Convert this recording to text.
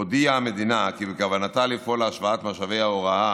הודיעה המדינה כי בכוונתה לפעול להשוואת משאבי ההוראה